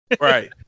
Right